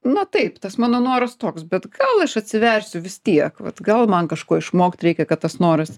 na taip tas mano noras toks bet gal aš atsiversiu vis tiek vat gal man kažko išmokt reikia kad tas noras